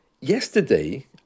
Yesterday